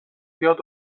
بیاد